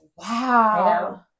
Wow